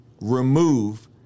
remove